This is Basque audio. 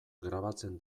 grabatzen